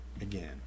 again